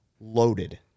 loaded